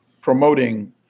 promoting